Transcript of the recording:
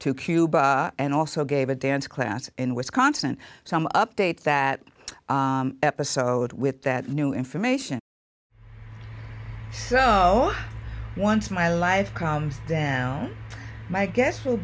to cuba and also gave a dance class in wisconsin some updates that episode with that new information once my life comes down i guess we'll